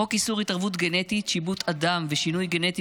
חוק איסור התערבות גנטית (שיבוט אדם ושינוי גנטי